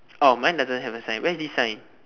oh mine doesn't have a sign where's this sign